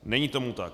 Není tomu tak.